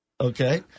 Okay